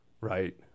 right